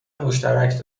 مشترک